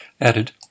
added